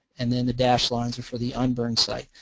and then the dashed lines are for the un-burned site.